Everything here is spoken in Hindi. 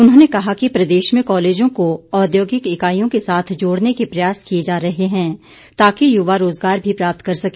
उन्होंने कहा कि प्रदेश में कॉलेजों को औद्योगिक इकाईयों के साथ जोड़ने के प्रयास किए जा रहे हैं ताकि युवा रोजगार भी प्राप्त कर सके